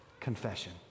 confession